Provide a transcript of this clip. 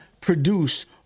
produced